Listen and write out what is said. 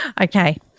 Okay